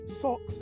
socks